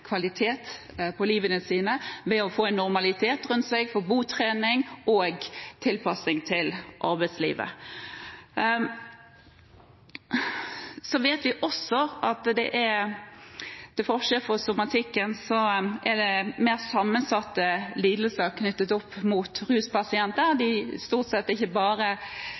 kvalitet på livet sitt ved å få en normalitet rundt seg, få botrening og tilpasning til arbeidslivet. Vi vet også at det er, til forskjell fra i somatikken, mer sammensatte lidelser knyttet til ruspasienter. Det er både psykiatriske diagnoser, rusdiagnoser og somatiske utfordringer. Å fange dette opp